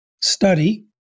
study